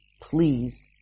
please